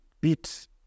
bit